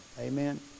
Amen